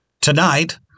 tonight